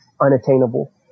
unattainable